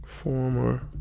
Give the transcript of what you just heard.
Former